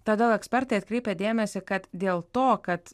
todėl ekspertai atkreipė dėmesį kad dėl to kad